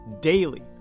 daily